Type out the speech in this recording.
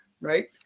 right